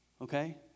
Okay